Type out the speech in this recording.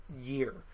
year